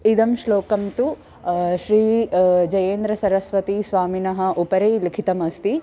इदं श्लोकं तु श्री जयेन्द्रसरस्वती स्वामिनः उपरि लिखितमस्ति